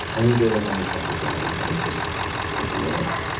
and we gave her homeopathic remedy and it just went away.